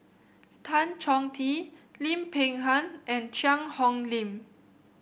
Tan Chong Tee Lim Peng Han and Cheang Hong Lim